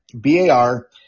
B-A-R